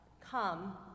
Come